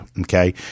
Okay